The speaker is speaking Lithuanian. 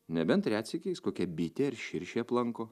nebent retsykiais kokia bitė ar širšė aplanko